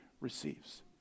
receives